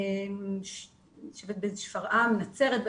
בשפרעם, בנצרת.